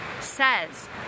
says